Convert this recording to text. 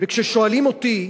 וכששואלים אותי,